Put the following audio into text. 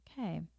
Okay